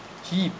he